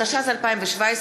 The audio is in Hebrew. התשע"ז 2017,